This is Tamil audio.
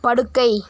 படுக்கை